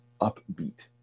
upbeat